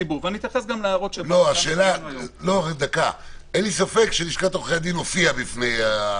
לי ספק שלשכת עורכי הדין הופיעה.